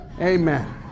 Amen